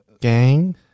Gang